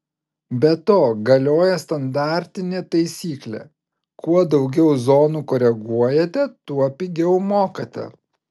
be to galioja standartinė taisyklė kuo daugiau zonų koreguojate tuo pigiau mokate